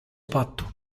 patto